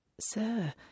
Sir